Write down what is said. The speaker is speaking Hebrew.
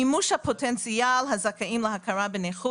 מאיפה נובע ההיעדר בנתונים?